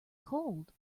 cold